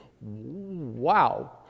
Wow